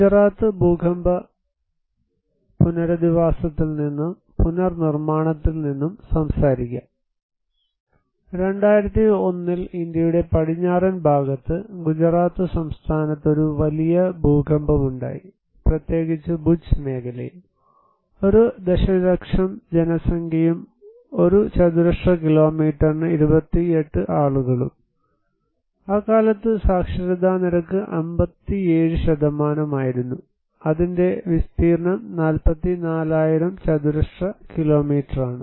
ഗുജറാത്ത് ഭൂകമ്പ പുനരധിവാസത്തിൽ നിന്നും പുനർനിർമ്മാണത്തിൽ നിന്നും സംസാരിക്കും 2001 ൽ ഇന്ത്യയുടെ പടിഞ്ഞാറൻ ഭാഗത്ത് ഗുജറാത്ത് സംസ്ഥാനത്ത് ഒരു വലിയ ഭൂകമ്പമുണ്ടായി പ്രത്യേകിച്ച് ഭുജ് മേഖലയിൽ 1 ദശലക്ഷം ജനസംഖ്യയും ഒരു ചതുരശ്ര കിലോമീറ്ററിന് 28 ആളുകളും അക്കാലത്ത് സാക്ഷരതാ നിരക്ക് 57 ആയിരുന്നു അതിന്റെ വിസ്തീർണ്ണം 44000 ചതുരശ്ര കിലോമീറ്ററാണ്